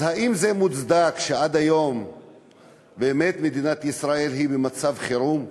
אז האם זה מוצדק שעד היום מדינת ישראל היא במצב חירום?